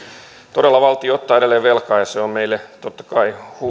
todella valtio ottaa edelleen velkaa ja se on meille totta kai